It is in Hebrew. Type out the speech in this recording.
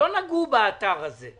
לא נגעו באתר הזה.